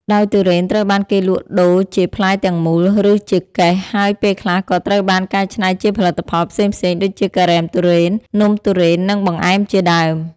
ដោយទុរេនត្រូវបានគេលក់ដូរជា ផ្លែទាំងមូល ឬ ជាកេស ហើយពេលខ្លះក៏ត្រូវបាន កែច្នៃជាផលិតផលផ្សេងៗ ដូចជាការ៉េមទុរេន នំទុរេន និងបង្អែមជាដើម។